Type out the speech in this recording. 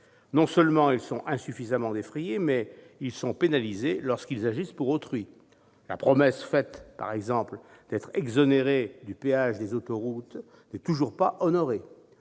Non seulement ils sont insuffisamment défrayés, mais ils sont pénalisés lorsqu'ils agissent pour autrui. La promesse faite, par exemple, d'être exonérés du péage des autoroutes n'est toujours pas honorée.